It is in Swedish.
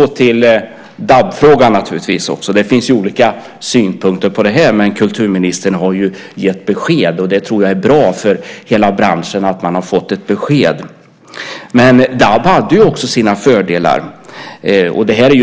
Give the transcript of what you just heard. Man kan ha olika synpunkter på DAB-frågan. Kulturministern har gett besked, och jag tror att det är bra för hela branschen att man har fått ett besked. Men DAB hade också sina fördelar.